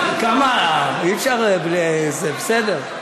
אי-אפשר בלי זה, בסדר.